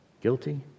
Guilty